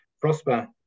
prosper